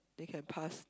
they can pass